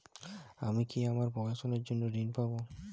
আমি কি আমার পড়াশোনার জন্য ঋণ পাব?